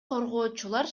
коргоочулар